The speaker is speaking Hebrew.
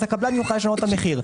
אז הקבלן יוכל לשלם את המחיר.